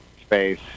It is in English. space